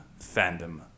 Fandom